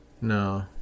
No